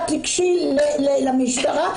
את תגשי למשטרה?